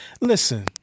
listen